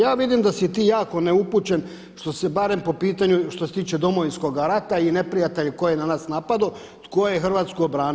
Ja vidim da si ti jako neupućen što se barem po pitanju što se tiče Domovinskoga rata i neprijatelja ko je na nas napado, tko je Hrvatsku obranio.